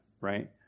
right